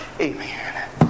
Amen